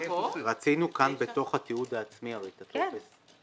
רצינו כאן בתוך התיעוד העצמי את הטופס.